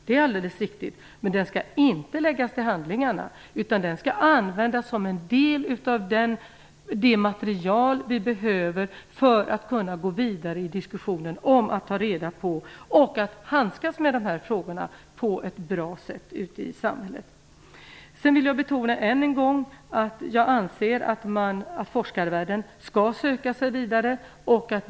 Det är alldeles riktigt. Men den skall inte läggas till handlingarna. Den skall användas som en del av det material vi behöver för att kunna gå vidare i diskussionen om att handskas med dessa frågor på ett bra sätt ute i samhället. Jag vill än en gång betona att jag anser att forskarvärlden skall söka sig vidare.